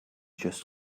just